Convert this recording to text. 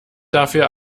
dafür